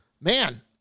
man